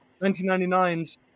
1999's